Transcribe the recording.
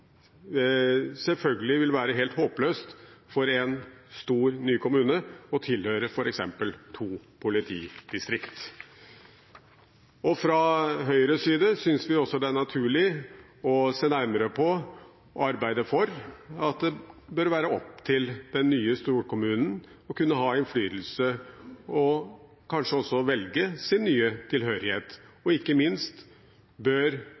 selvfølgelig vil være helt håpløst for en stor ny kommune å tilhøre f.eks. to politidistrikt. Fra Høyres side synes vi det er naturlig å se nærmere på og arbeide for at det bør være opp til den nye storkommunen å ha innflytelse og kanskje også velge sin nye tilhørighet. Ikke minst bør